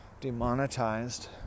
demonetized